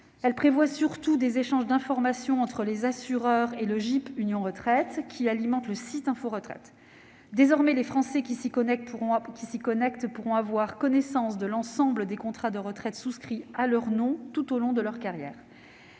Elle prévoit surtout des échanges d'informations entre les assureurs et le GIP Union Retraite, qui alimente le site Info Retraite. Désormais, les Français qui s'y connecteront pourront avoir connaissance de l'ensemble des contrats de retraite souscrits à leur nom tout au long de leur carrière.